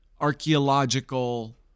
archaeological